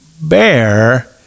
bear